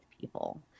people